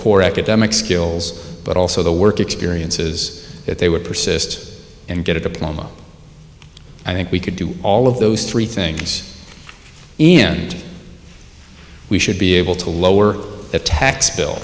core academic skills but also the work experiences that they would persist and get a diploma i think we could do all of those three things in we should be able to lower the tax bill